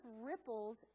ripples